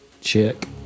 Check